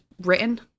written